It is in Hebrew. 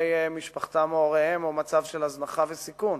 משפחתם או הוריהם או מצב של הזנחה וסיכון.